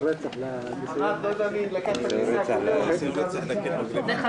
הטעם שאמר מנכ"ל הביטוח הלאומי כל